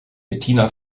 bettina